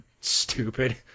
stupid